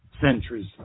centuries